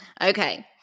Okay